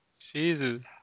Jesus